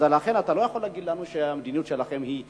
לכן אתה לא יכול להגיד לנו שהמדיניות שלכם היא שונה.